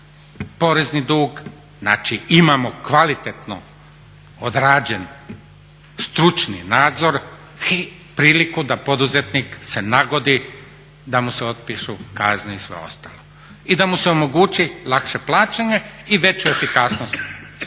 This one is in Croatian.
porezni dug, znači imamo kvalitetno odrađen stručni nadzor i priliku da poduzetnik se nagodi da mu se otpišu kazne i sve ostalo i da mu se omogući lakše plaćanje i veću efikasnost